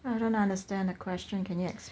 I don't understand the question can you explain